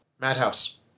Madhouse